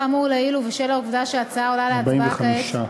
ארבעים-וחמישה.